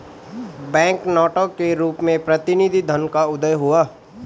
bank नोटों के रूप में प्रतिनिधि धन का उदय हुआ